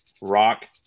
Rock